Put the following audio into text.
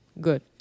Good